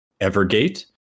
Evergate